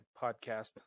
podcast